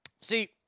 See